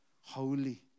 holy